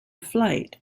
flight